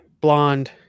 blonde